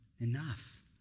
enough